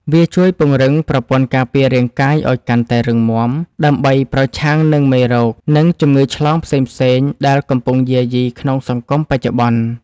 វាជួយពង្រឹងប្រព័ន្ធការពាររាងកាយឱ្យកាន់តែរឹងមាំ ដើម្បីប្រឆាំងនឹងមេរោគ និងជំងឺឆ្លងផ្សេងៗដែលកំពុងយាយីក្នុងសង្គមបច្ចុប្បន្ន។